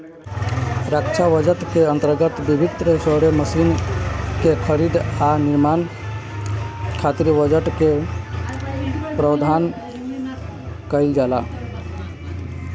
रक्षा budget के अंतर्गत विभिन्न सैन्य मशीन के खरीद आ निर्माण खातिर बजट के प्रावधान काईल जाला